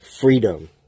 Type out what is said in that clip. freedom